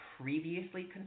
previously